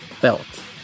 belt